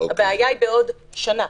הבעיה היא בעוד שנה.